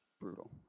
brutal